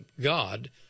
God